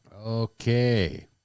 Okay